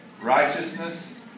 righteousness